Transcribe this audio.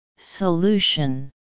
solution